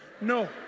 No